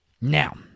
Now